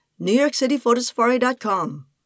NewYorkCityPhotoSafari.com